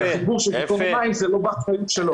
כי החיבור של מקור המים זה לא באחריות שלו.